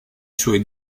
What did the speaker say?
suoi